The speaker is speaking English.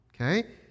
okay